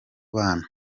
bana